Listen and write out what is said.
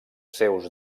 seus